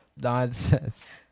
Nonsense